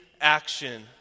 action